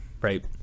right